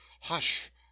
Hush